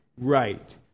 right